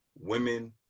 women